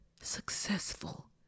successful